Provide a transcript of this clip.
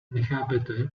nechápete